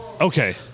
Okay